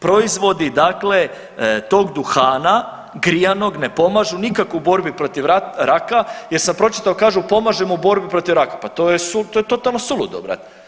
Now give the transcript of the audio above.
Proizvodi dakle tog duhana grijanog ne pomažu nikako u borbi protiv raka jer sam pročitao kažu pomažemo u borbi protiv raka, pa to je, to je totalno suludo brate.